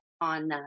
on